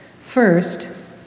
First